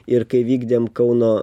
ir kai vykdėm kauno